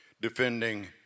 defending